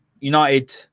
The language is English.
United